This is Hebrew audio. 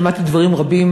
דברים רבים,